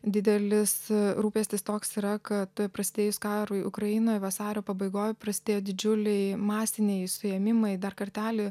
didelis rūpestis toks yra kad prasidėjus karui ukrainoj vasario pabaigoj prasidėjo didžiuliai masiniai suėmimai dar kartelį